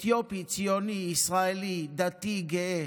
אתיופי, ציוני, ישראלי, דתי, גאה.